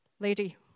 lady